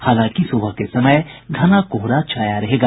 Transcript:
हालांकि सुबह के समय घना कोहरा छाया रहेगा